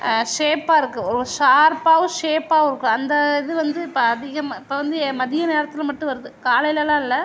ஷேப்பாக இருக்கு ஒரு ஷார்ப்பாகவும் ஷேப்பாகவும் இருக்கும் அந்த இது வந்து இப்போ அதிகமாக இப்போ வந்து மதிய நேரத்தில் மட்டும் வருது காலைலலாம் இல்லை